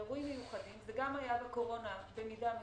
באירועים מיוחדים זה היה גם בקורונה במידה מסוימת,